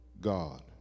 God